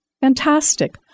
fantastic